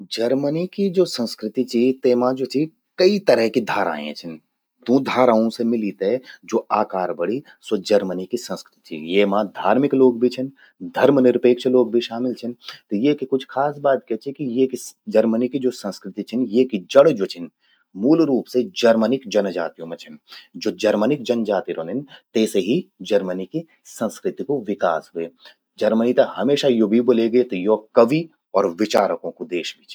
जर्मनी कि ज्वो संस्कृति चि, तेमा ज्वो चि कई तरह कि धाराएं छिन। तूं धाराओं से मिली ते ज्वो आकार बणि, स्वो जर्मनी की संस्कृति चि, येमा धार्मिक लोग भी छिन, धर्म निरपेक्ष लोग भी शामिल छिन, त येकि कुछ खास बात क्या चि कि येकि जर्मनी कि द्वो संस्कृति छिन, येकि जड़ ज्वो छिन, मूल रूप से जर्मनिक जनजात्यों मां छिन। ज्वो जर्मनिक जनजाति रौंदिन, तेसे ही जर्मी की संस्कृति कु विकास व्हे। जर्मनि ते हमेशा यो भी ब्वोल्ये गे कि यो कवि अर विचारकों कु देश भी चि।